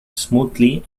smoothly